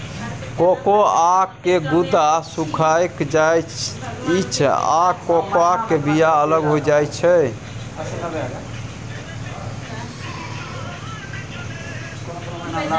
cocoa के गुद्दा सुइख जाइ छइ आ कोकोआ के बिया अलग हो जाइ छइ